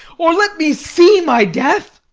or let me see my death!